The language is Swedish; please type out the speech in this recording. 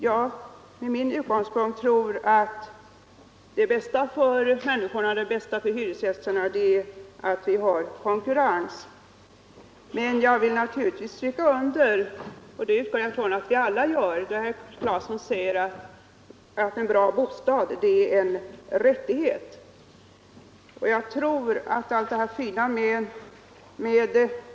Jag med min utgångspunkt tror att det bästa för hyresgästerna är att vi har konkurrens. Men jag vill naturligtvis instämma — det utgår jag från att vi alla gör — när herr Claeson säger att en bra bostad är en rättighet.